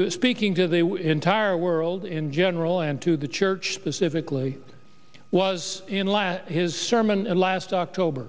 to speaking to the entire world in general and to the church specifically was in last his sermon last october